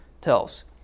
tells